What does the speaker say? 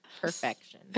Perfection